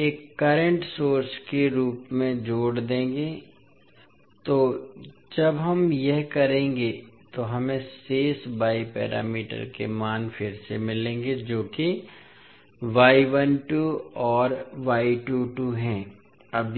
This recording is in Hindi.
एक करंट सोर्स के रूप में जोड़ देंगे इसलिए जब हम यह करेंगे कि हमें शेष Y पैरामीटर के मान फिर से मिलेंगे जो कि और हैं